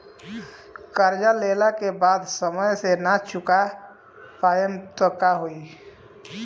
कर्जा लेला के बाद समय से ना चुका पाएम त का होई?